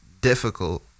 difficult